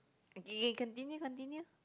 okay continue continue